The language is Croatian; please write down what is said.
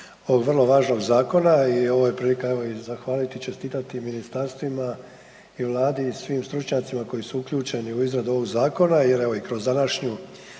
ovog vrlo važnog zakona i ovo je prilika evo i zahvaliti i čestiti ministarstvima i Vladi i svim stručnjacima koji su uključeni u izradu ovog zakona jer evo i kroz današnju